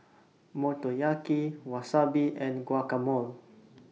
Motoyaki Wasabi and Guacamole